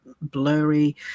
blurry